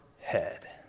head